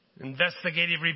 Investigative